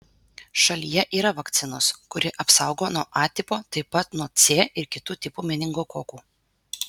šalyje yra vakcinos kuri apsaugo nuo a tipo taip pat nuo c ir kitų tipų meningokokų